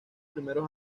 primeros